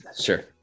Sure